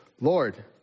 Lord